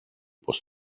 πως